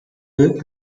eux